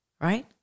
Right